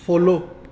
follow